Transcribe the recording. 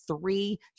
three